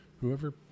whoever